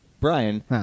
Brian